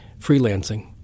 freelancing